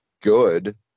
good